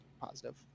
positive